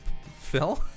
Phil